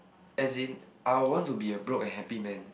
as in I will want to be a broke and happy man